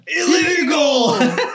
illegal